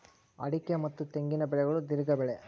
ಅಡಿಕೆ ಮತ್ತ ತೆಂಗಿನ ಬೆಳೆಗಳು ದೇರ್ಘ ಬೆಳೆ